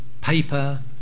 paper